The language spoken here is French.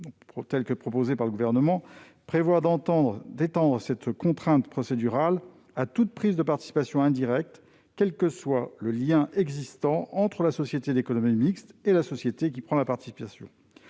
rédaction proposée par le Gouvernement, prévoit d'étendre cette contrainte procédurale à toute prise de participation indirecte, quel que soit le lien existant entre la SEM et la société qui prend la participation.